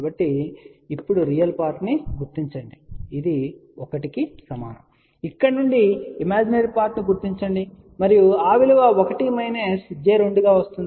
కాబట్టి ఇప్పుడు real part ను గుర్తించండి ఇది 1 కి సమానం ఇక్కడ నుండి ఇమేజినరీ పార్ట్ ను గుర్తించండి మరియు ఆ విలువ 1 j 2 గా వస్తుంది